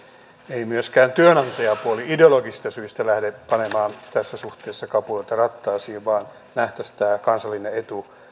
ei myöskään työnantajapuoli ideologisista syistä lähde panemaan tässä suhteessa kapuloita rattaisiin vaan nähtäisiin tämä kansallinen etu